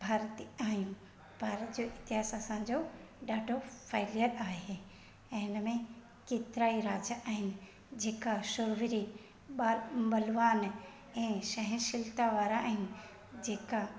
भारत आहियूं भारत जो इतिहासु असांजो ॾाढो फैलीअ आहे ऐं हिनमें केतिरा ई राजा ऐं जेका शौवरी ॿार बलवानु ऐं सहनशिलता वारा आहिनि जेका